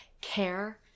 care